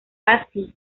así